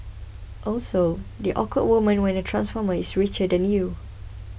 also that awkward moment when a transformer is richer than you